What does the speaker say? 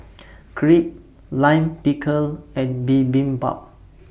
Crepe Lime Pickle and Bibimbap